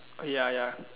ya ya